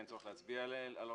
אין צורך להצביע על רובן.